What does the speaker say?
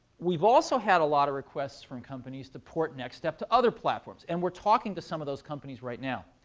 we've also had a lot of requests from companies to port nextstep to other platforms. and we're talking to some of those companies right now.